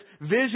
vision